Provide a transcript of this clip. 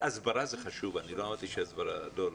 הסברה זה חשוב, לא אמרתי שהסברה לא חשובה.